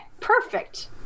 perfect